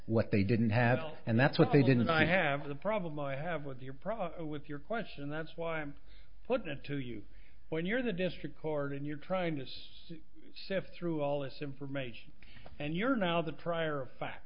what they didn't have and that's what they did and i have the problem i have with your problem with your question that's why i'm putting it to you when you're the district court and you're trying this sift through all this information and you're now the prior fa